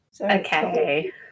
Okay